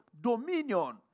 dominion